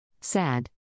Sad